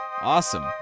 Awesome